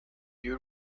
you